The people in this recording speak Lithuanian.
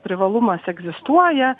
privalumas egzistuoja